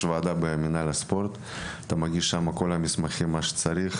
יש ועדה במינהל הספורט שאליה אתה מגיש לשם את כל המסמכים שצריך